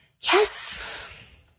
Yes